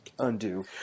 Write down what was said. Undo